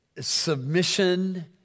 submission